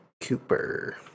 Cooper